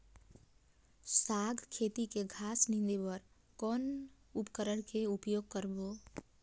साग खेती के घास निंदे बर कौन उपकरण के उपयोग करबो?